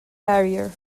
barrier